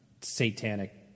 satanic